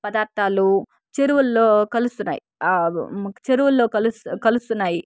పదార్థాలు చెరువుల్లో కలుస్తున్నాయి చెరువుల్లో కలుస్తున్నాయి